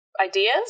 Ideas